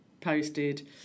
posted